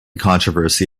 controversy